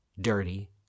dirty